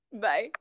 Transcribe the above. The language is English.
bye